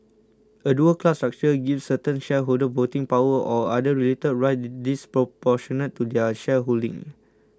a dual class structure gives certain shareholders voting power or other related rights disproportionate to their shareholding